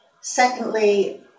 Secondly